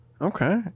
Okay